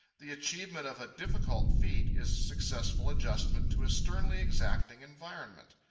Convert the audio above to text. the achievement of a difficult feat is successful adjustment to a sternly exacting environment.